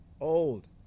Old